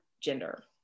gender